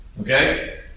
Okay